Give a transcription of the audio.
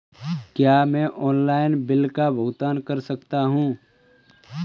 क्या मैं online bill का भुगतान कर सकता हूँ?